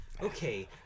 Okay